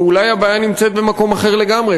או אולי הבעיה נמצאת במקום אחר לגמרי?